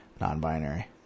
Non-binary